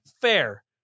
fair